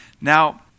now